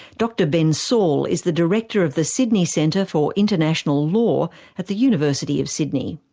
dr ben saul is the director of the sydney centre for international law at the university of sydney.